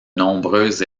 nombreuses